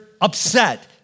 upset